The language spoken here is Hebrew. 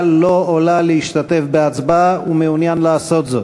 לו או לה להשתתף בהצבעה ומעוניין לעשות זאת?